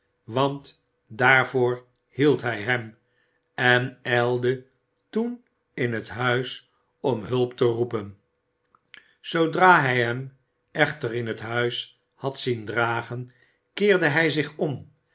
en ijlde toen in het huis om hulp te roepen zoodra hij hem echter in huis had zien dragen keerde hij zich om